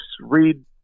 read